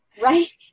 Right